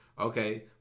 okay